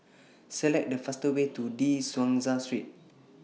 Select The fastest Way to De Souza Street